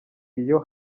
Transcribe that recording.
iyo